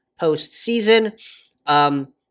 postseason